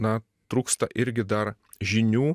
na trūksta irgi dar žinių